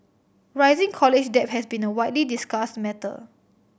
rising college debt has been a widely discussed matter